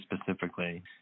specifically